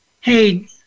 hey